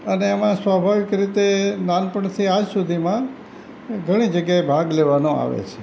અને એમાં સ્વભાવિક રીતે નાનપણથી આજ સુધીમાં ઘણી જગ્યાએ ભાગ લેવાનો આવે છે